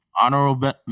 Honorable